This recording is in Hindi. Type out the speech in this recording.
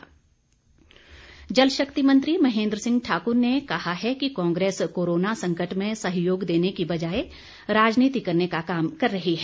महेंद्र सिंह जल शक्ति मंत्री महेंद्र सिंह ठाकर ने कहा है कि कांग्रेस कोरोना संकट में सहयोग देने की बजाए राजनीति करने का काम कर रही है